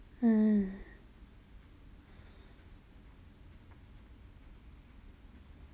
mm